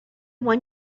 one